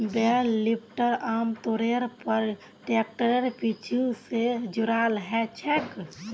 बेल lifter आमतौरेर पर ट्रैक्टरेर पीछू स जुराल ह छेक